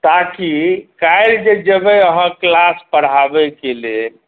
ताकि काल्हि जे जेबै अहाँ क्लास पढ़ाबैके लेल